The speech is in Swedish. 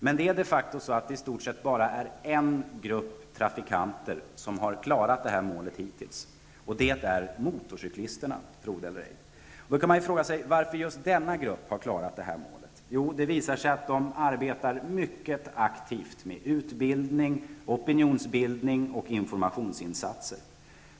Men det är de facto så att det i stort sett är bara en grupp trafikanter som har klarat detta mål hittills, och det är motorcyklisterna. Tro det eller ej! Då kan man fråga sig varför just denna grupp har klarat detta mål. Jo, det visar sig att motorcyklisterna arbetar mycket aktivt med utbildning, opinionsbildning och informationsinsatser.